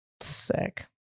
Sick